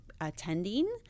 attending